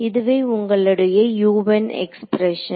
இதுவே உங்களுடைய U ன் எக்ஸ்பிரஷன்